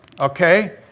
Okay